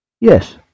Yes